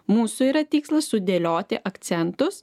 mūsų yra tikslas sudėlioti akcentus